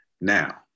Now